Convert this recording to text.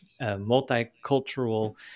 multicultural